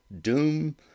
doom